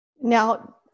Now